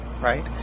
Right